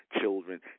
children